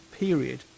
Period